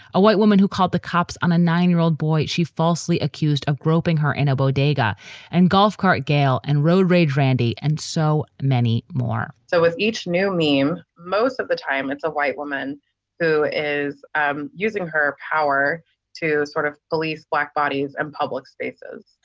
a white woman who called the cops on a nine year old boy. she falsely accused of groping her in a bodega and golf cart. gayl and road rage, randee and so many more so with each new meme most of the time, it's a white woman who is um using her power to sort of police black bodies in and public spaces.